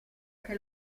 che